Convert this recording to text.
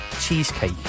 cheesecake